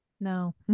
No